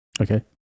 Okay